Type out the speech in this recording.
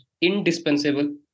indispensable